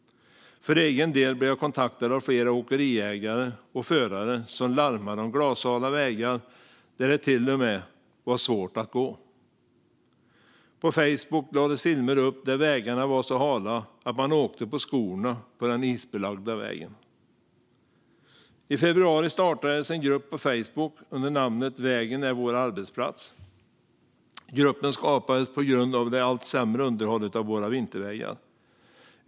För egen del blev jag kontaktad av flera åkeriägare och förare som larmade om glashala vägar där det till och med var svårt att gå. På Facebook lades filmer upp där vägarna var så hala att man åkte på skorna på den isbelagda vägbanan. I februari startades en grupp på Facebook under namnet Vägen är vår arbetsplats. Gruppen skapades på grund av det allt sämre underhållet av våra vintervägar.